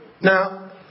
Now